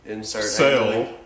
sell